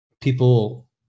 people